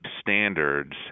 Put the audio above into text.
standards